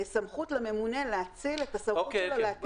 סמכות לממונה להאציל את הסמכות שלו להטיל עיצומים.